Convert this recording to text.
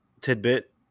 tidbit